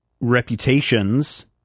reputations